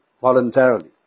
Voluntarily